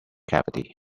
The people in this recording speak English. cavity